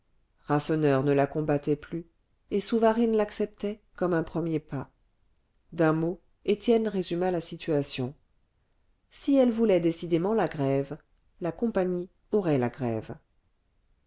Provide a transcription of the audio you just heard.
rasseneur ne la combattait plus et souvarine l'acceptait comme un premier pas d'un mot étienne résuma la situation si elle voulait décidément la grève la compagnie aurait la grève